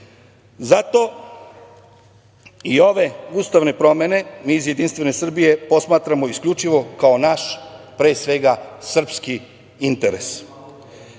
itd. Zato i ove ustavne promene mi iz Jedinstvene Srbije posmatramo isključivo kao naš, pre svega, srpski interes.